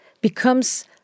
becomes